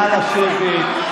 נא לשבת.